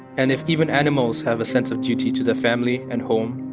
and if even animals have a sense of duty to their family and home,